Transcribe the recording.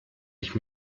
ich